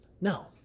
No